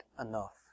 enough